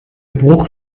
bruch